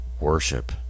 worship